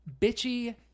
Bitchy